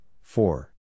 Four